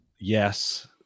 yes